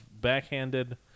backhanded